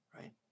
right